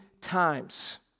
times